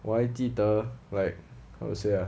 我还记得 like how to say ah